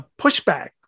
pushback